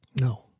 No